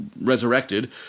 resurrected